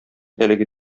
әлеге